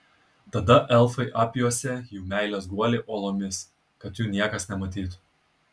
tada elfai apjuosė jų meilės guolį uolomis kad jų niekas nematytų